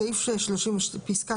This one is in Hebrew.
פסקה